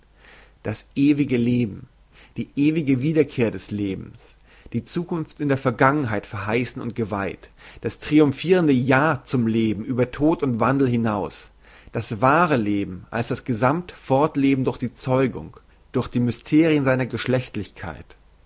das ewige leben die ewige wiederkehr des lebens die zukunft in der vergangenheit verheissen und geweiht das triumphirende ja zum leben über tod und wandel hinaus das wahre leben als das gesammt fortleben durch die zeugung durch die mysterien der geschlechtlichkeit